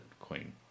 Queen